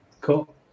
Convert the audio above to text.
Cool